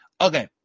Okay